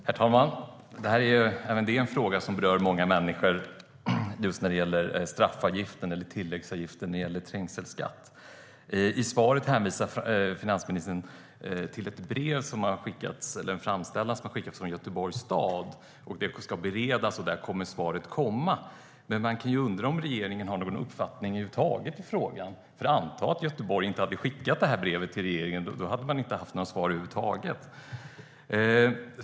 Herr talman! Även detta är en fråga som berör många människor. Det handlar om tilläggsavgiften när det gäller trängselskatt. I svaret hänvisar finansministern till en framställan som har skickats från Göteborgs stad. Den ska beredas, och sedan kommer ett svar på den. Men man kan ju undra om regeringen har någon uppfattning alls i frågan. Anta att Göteborg aldrig hade skickat något brev till regeringen. Då hade man inte haft några svar över huvud taget.